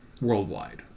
worldwide